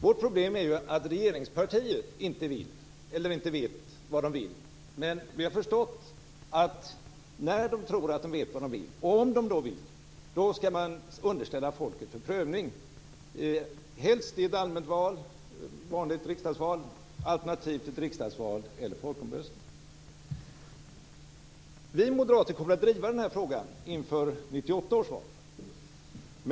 Vårt problem är att regeringspartiet inte vill eller inte vet vad de vill. Men vi har förstått att när de tror att de vet vad de vill, då skall frågan underställas folket för prövning, helst i ett allmänt val, alternativt ett vanligt riksdagsval eller en folkomröstning. Vi moderater kommer att driva den här frågan inför 1998 års val.